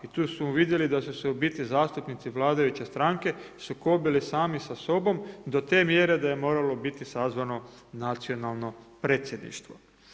I tu smo vidjeli da su u biti zastupnici vladajuće stranke sukobili sami sa sobom do te mjere da je moralo biti sazvano nacionalno predsjedništvo.